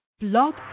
Blog